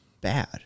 bad